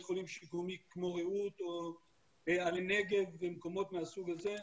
חולים שיקומי כמו רעות ועלי נגב ומקומות מהסוג הזה,